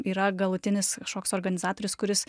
yra galutinis kažkoks organizatorius kuris